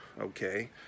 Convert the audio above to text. okay